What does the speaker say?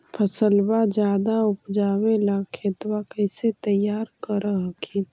फसलबा ज्यादा उपजाबे ला खेतबा कैसे तैयार कर हखिन?